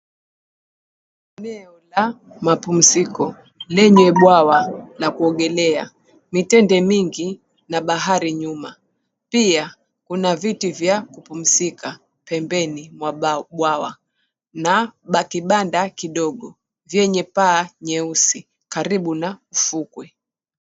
Eneo la mapumziko lenye bwawa la kuogelea, mitende mingi na bahari nyuma. Pia kuna viti vya kupumzika pembeni mwa bwawa na kibanda kidogo vyenye paa nyeusi karibu na ufukwe.